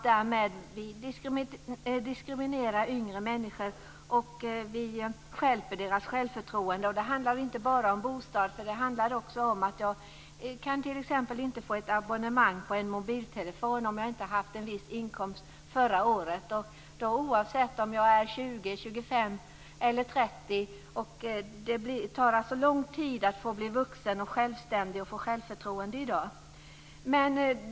Därmed diskrimineras yngre människor och deras självförtroende minskar. Det handlar inte bara om bostad, utan det handlar också om att man inte kan teckna ett mobiltelefonabonnemang om man inte haft en viss inkomst. Detta gäller oavsett om man är 20, 25 eller 30 år. Det tar alltså lång tid att bli vuxen och självständig i dag.